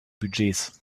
budgets